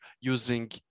using